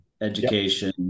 education